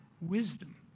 wisdom